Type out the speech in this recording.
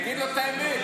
תגיד לו את האמת.